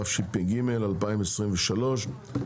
התשפ"ג-2023,